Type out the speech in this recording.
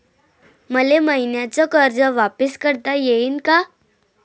मले मईन्याचं कर्ज वापिस करता येईन का?